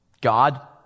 God